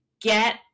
get